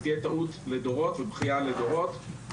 זו תהיה טעות לדורות ובכיה לדורות.